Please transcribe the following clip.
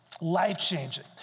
Life-changing